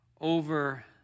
over